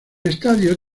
estadio